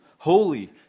holy